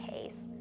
case